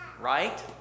right